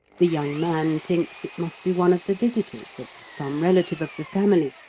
the young man thinks it must be one of the visitors, or some relative of the family,